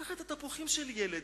קח את התפוחים שלי, ילד,